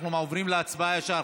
אנחנו עוברים להצבעה ישר.